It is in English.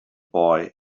boy